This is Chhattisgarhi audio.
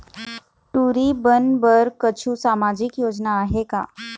टूरी बन बर कछु सामाजिक योजना आहे का?